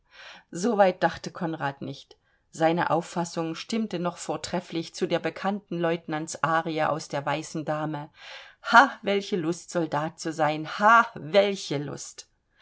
dachte konrad nicht seine auffassung stimmte noch vortrefflich zu der bekannten lieutenantsarie aus der weißen dame ha welche lust soldat zu sein ha welche lust